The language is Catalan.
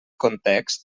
context